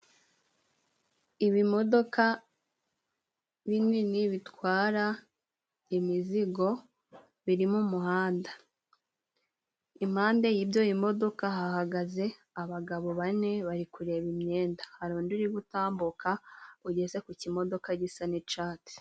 Ibimodoka binini bitwara imizigo biri mu muhanda impande yibyo bimodoka hahagaze abagabo bane bari kureba imyenda hari undi uri gutambuka ugeze kukimodoka gisa n'icatsi.